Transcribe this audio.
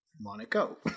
Monaco